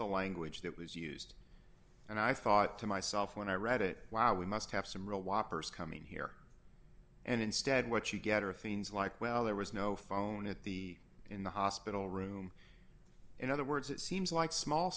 the language that was used and i thought to myself when i read it while we must have some real whoppers come in here and instead what you get are things like well there was no phone at the in the hospital room in other words it seems like small